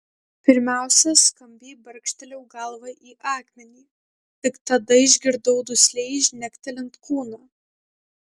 pirmiausia skambiai barkštelėjau galva į akmenį tik tada išgirdau dusliai žnektelint kūną